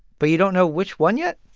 but you don't know which one yet?